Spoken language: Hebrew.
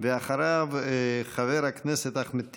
אחריו, חבר הכנסת אחמד טיבי.